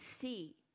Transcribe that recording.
see